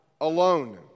alone